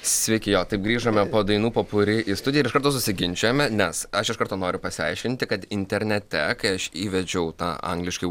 sveiki jo taip grįžome po dainų popuri į studiją iš karto susiginčijome nes aš iš karto noriu pasiaiškinti kad internete kai aš įvedžiau tą angliškai